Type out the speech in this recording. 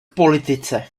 politice